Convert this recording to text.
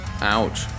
ouch